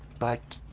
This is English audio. but.